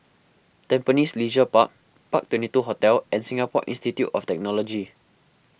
Tampines Leisure Park Park Twenty two Hotel and Singapore Institute of Technology